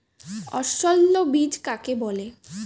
অসস্যল বীজ কাকে বলে?